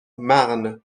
marne